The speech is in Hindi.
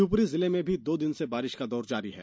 शिवपुरी जिले में भी दो दिन से बारिश का दौर जारी है